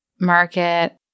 market